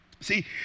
See